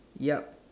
ya